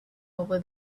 over